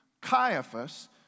Caiaphas